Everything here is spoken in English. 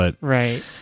Right